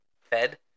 Fed